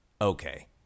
Okay